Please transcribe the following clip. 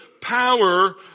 power